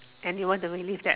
and you want to relive that